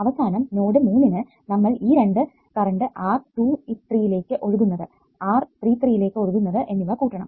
അവസാനം നോഡ് 3 നു നമ്മൾ ഈ രണ്ടു കറണ്ട് R23 ലേക് ഒഴുകുന്നത് R33 ലേക് ഒഴുകുന്നത് എന്നിവ കൂട്ടണം